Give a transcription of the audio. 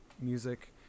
music